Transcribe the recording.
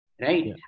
Right